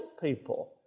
people